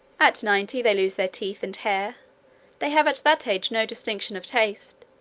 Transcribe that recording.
at ninety, they lose their teeth and hair they have at that age no distinction of taste,